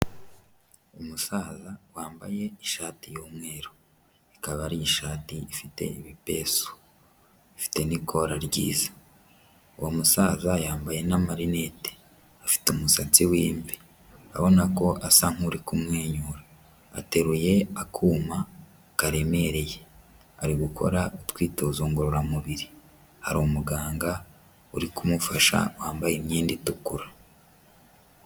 Umusaza wambaye ishati y'umweru, ikaba ari ishati ifite ibipesu, ifite n'ikora ryiza, uwo musaza yambaye n'amarinete, afite umusatsi w'imvi urabona ko asa nk'uri kumwenyura, ateruye akuma karemereye ari gukora utwitozo ngororamubiri, hari umuganga uri kumufasha wambaye imyenda itukura.